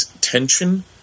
tension